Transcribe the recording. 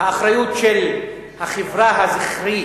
האחריות של החברה הזכרית